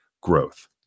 growth